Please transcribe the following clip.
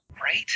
Right